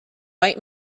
white